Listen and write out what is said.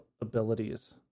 abilities